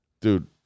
dude